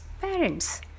parents